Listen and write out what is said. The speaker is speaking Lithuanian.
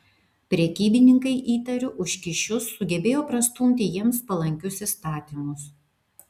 prekybininkai įtariu už kyšius sugebėjo prastumti jiems palankius įstatymus